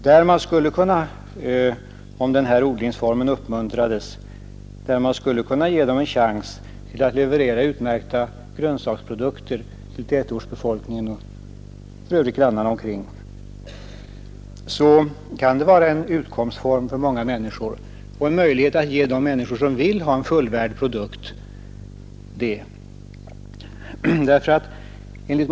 Därvid skulle man, om den här odlingsformen uppmuntrades, kunna ge dem en chans att leverera utmärkta grönsaksprodukter till omgivande tätorter och övriga närboende. Det kan vara en god utkomstform för många människor, och det kan vara en möjlighet att ge de människor som så önskar en fullvärdig livsmedelsprodukt.